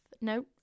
No